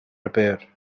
repair